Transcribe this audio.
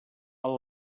amb